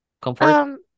Comfort